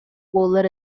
буолар